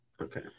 Okay